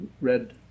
read